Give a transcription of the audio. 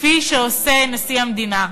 כפי שעושה נשיא המדינה.